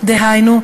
דהיינו,